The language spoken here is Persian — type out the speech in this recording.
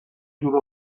دور